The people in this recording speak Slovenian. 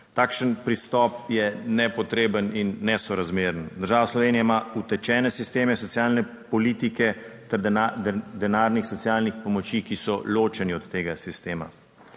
Takšen pristop je nepotreben in nesorazmeren. Država Slovenija ima utečene sisteme socialne politike ter denarnih socialnih pomoči, ki so ločeni od tega sistema.